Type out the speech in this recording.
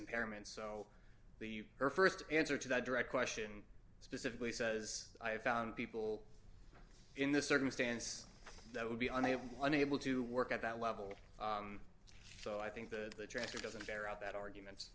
impairments so the her st answer to that direct question specifically says i have found people in this circumstance that would be unable unable to work at that level so i think the answer doesn't bear out that argument